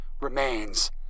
remains